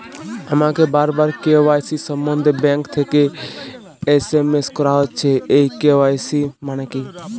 আমাকে বারবার কে.ওয়াই.সি সম্বন্ধে ব্যাংক থেকে এস.এম.এস করা হচ্ছে এই কে.ওয়াই.সি মানে কী?